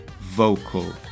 vocal